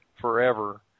forever